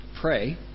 Pray